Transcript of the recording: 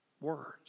words